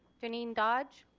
janine dodge.